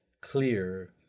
clear